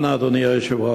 אנא, אדוני היושב-ראש,